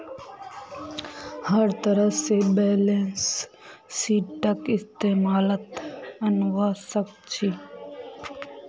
हर तरह से बैलेंस शीटक इस्तेमालत अनवा सक छी